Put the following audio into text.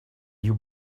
you